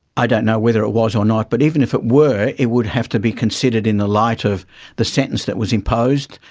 i don't know whether it was or not but even if it were it would have to be considered in the light of the sentence that was imposed,